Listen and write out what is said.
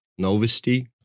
Novosti